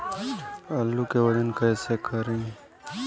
आलू के वजन कैसे करी?